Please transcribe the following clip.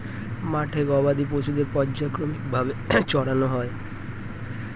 মাঠে গবাদি পশুদের পর্যায়ক্রমিক ভাবে চরানো হয়